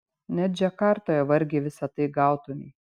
net džakartoje vargiai visa tai gautumei